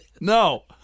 No